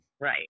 Right